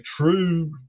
true